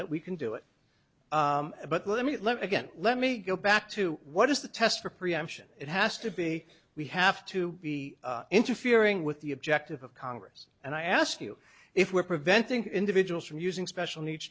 that we can do it but let me let again let me go back to what is the test for preemption it has to be we have to be interfering with the objective of congress and i ask you if we're preventing individuals from using special needs